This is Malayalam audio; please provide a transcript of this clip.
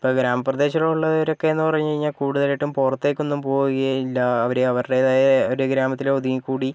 ഇപ്പം ഗ്രാമപ്രദേശത്തിലുള്ളവരൊക്കേന്ന് പറഞ്ഞു കഴിഞ്ഞാൽ കൂടുതലായിട്ടും പുറത്തേക്കൊന്നും പോവുകയില്ല അവർ അവരുടേതായ ഒരു ഗ്രാമത്തിലെ ഒതുങ്ങിക്കൂടി